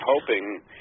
hoping